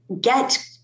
get